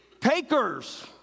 Takers